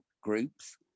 groups